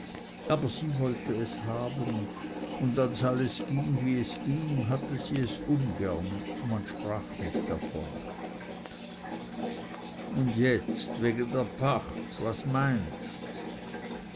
aber sie wollte es haben und als alles ging wie es ging hatte sie es ungern und man sprach nicht davon und jetzt wegen der pacht was meinst